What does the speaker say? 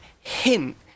hint